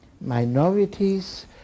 minorities